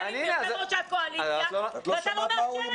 עם יושב ראש הקואליציה ואתה לא מאפשר את זה.